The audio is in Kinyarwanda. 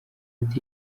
ati